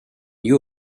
you